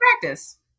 practice